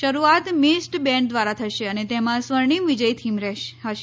શરૂઆત massed band દ્વારા થશે અને તેમાં સ્વર્ણિમ વિજય થીમ હશે